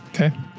Okay